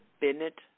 Bennett